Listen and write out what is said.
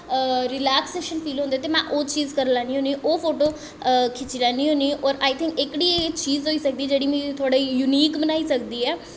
relaxation feel होंदा ते में ओह् चीज़ करी लैन्नी होन्नी ओह् फोटो खिच्ची लैन्नी होन्नी होर आई थिंक एह्कड़ी चीज़ होई सकदी जेह्ड़ी मिगी यूनीक बनाई सकदी ऐ